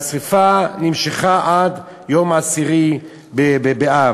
והשרפה נמשכה עד יום עשרה באב.